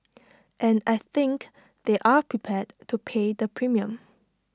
and I think they're prepared to pay the premium